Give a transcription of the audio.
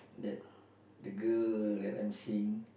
that the girl that I'm seeing